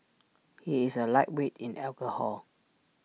he is A lightweight in alcohol